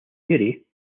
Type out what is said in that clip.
vary